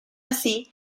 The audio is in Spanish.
así